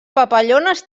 papallones